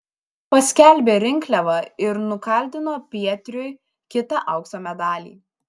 paskelbė rinkliavą ir nukaldino pietriui kitą aukso medalį